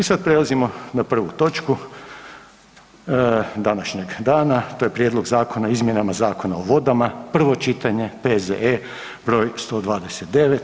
I sad prelazimo na prvu točku današnjeg dana, to je: -Prijedlog zakona o izmjenama Zakona o vodama, prvo čitanje, P.Z.E. br. 129.